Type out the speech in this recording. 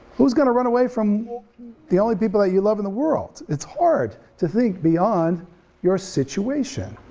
who's gonna run away from the only people that you love in the world? it's hard to think beyond your situation.